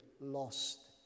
lost